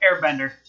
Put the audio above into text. Airbender